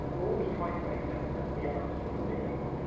we're always trying to make sense of who we are as human beings.